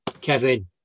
Kevin